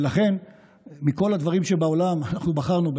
ולכן מכל הדברים שבעולם אנחנו בחרנו,